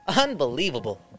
Unbelievable